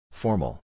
Formal